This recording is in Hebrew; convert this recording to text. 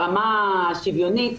ברמה השוויונית,